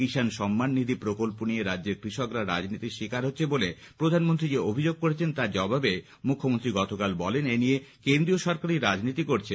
কিষাণ সম্মান নিধি প্রকল্প নিয়ে রাজ্যের কৃষকরা রাজনীতির শিকার হচ্ছে বলে প্রধানমন্ত্রী যে অভিযোগ করেছেন তার জবাবে মুখ্যমন্ত্রী গতকাল বলেন এনিয়ে কেন্দ্রীয় সরকারই রাজনীতি করছে